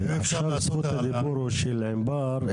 עכשיו זכות הדיבור של ענבר,